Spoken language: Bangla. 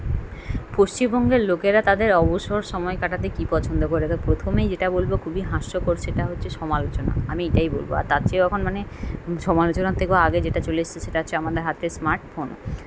পশ্চিমবঙ্গের লোকেরা তাদের অবসর সময় কাটাতে কী পছন্দ করে তা প্রথমেই যেটা বলবো খুবই হাস্যকর সেটা হচ্ছে সমালোচনা আমি এটাই বলবো আর তার চেয়ে যখন মানে সমালোচনার থেকেও আগে যেটা চলে এসছে সেটা হচ্ছে আমাদের হাতে স্মার্ট ফোন